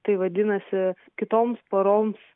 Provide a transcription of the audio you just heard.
tai vadinasi kitoms poroms